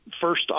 first